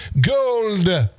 Gold